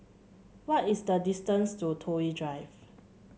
what is the distance to Toh Yi Drive